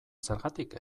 zergatik